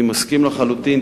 אני מסכים לחלוטין.